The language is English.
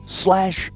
slash